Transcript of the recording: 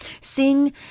sing